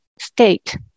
state